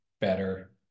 better